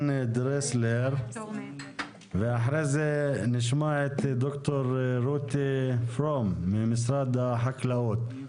דרסלר ואחרי זה נשמע את ד"ר רותי פרום ממשרד החקלאות.